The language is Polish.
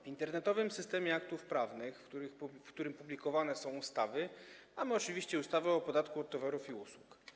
W Internetowym Systemie Aktów Prawnych, w którym publikowane są ustawy, mamy oczywiście ustawę o podatku od towarów i usług.